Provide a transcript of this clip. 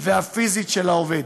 והפיזית של העובד.